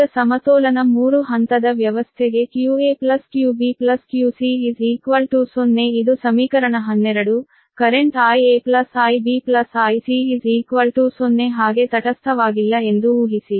ಈಗ ಸಮತೋಲನ 3 ಹಂತದ ವ್ಯವಸ್ಥೆಗೆ qaqbqc0 ಇದು ಸಮೀಕರಣ 12 ಕರೆಂಟ್ IaIbIc0 ಹಾಗೆ ತಟಸ್ಥವಾಗಿಲ್ಲ ಎಂದು ಊಹಿಸಿ